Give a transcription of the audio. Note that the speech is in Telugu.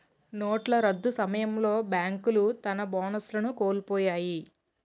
నోట్ల రద్దు సమయంలో బేంకులు తన బోనస్లను కోలుపొయ్యాయి